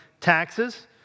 taxes